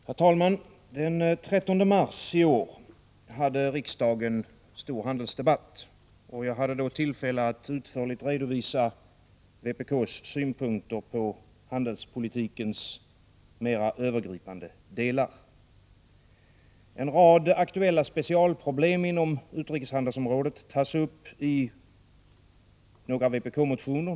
Herr talman! Den 13 mars i år hade riksdagen stor handelsdebatt. Jag hade då tillfälle att utförligt redovisa vpk:s synpunkter på handelspolitikens mera övergripande delar.